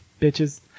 bitches